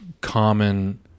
common